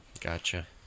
Gotcha